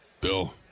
Bill